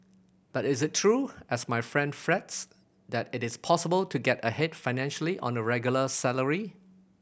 but is it true as my friend frets that it is possible to get ahead financially on a regular salary